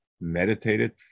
meditated